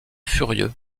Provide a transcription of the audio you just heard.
furieux